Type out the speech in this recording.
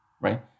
right